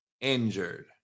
injured